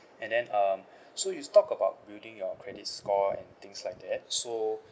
and then um so you talk about building your credit scores and things like that so